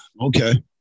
Okay